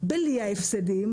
בלי ההפסדים,